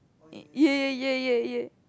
e~ yeah yeah yeah yeah yeah